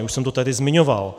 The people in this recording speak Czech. Už jsem to tady zmiňoval.